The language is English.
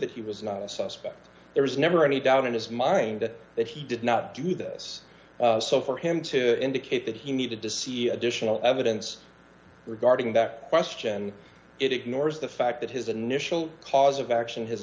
that he was not a suspect there was never any doubt in his mind that he did not do this so for him to indicate that he needed to see additional evidence regarding that question it ignores the fact that his initial cause of action his